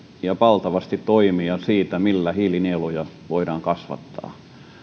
ja valtavasti toimia siihen millä hiilinieluja voidaan kasvattaa